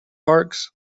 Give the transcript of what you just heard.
parks